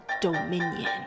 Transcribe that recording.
Dominion